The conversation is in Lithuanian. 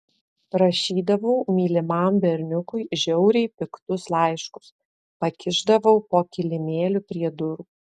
rašydavau mylimam berniukui žiauriai piktus laiškus pakišdavau po kilimėliu prie durų